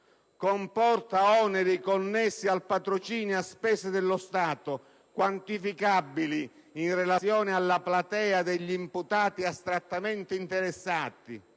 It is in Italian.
comporta oneri connessi al patrocinio a spese dello Stato quantificabili in relazione alla platea degli imputati astrattamente interessati,